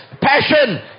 passion